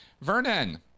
Vernon